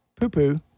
poo-poo